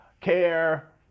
care